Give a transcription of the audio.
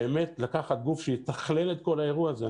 ובאמת לקחת גוף שיתכלל את כל האירוע הזה.